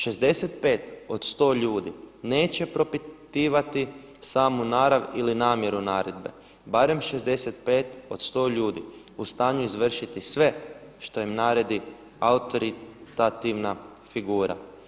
65 od 100 ljudi neće propitivati samu narav ili namjeru naredbe, barem 65 od 100 ljudi u stanju je izvršiti sve što im naredi autoritativna figura.